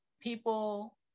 people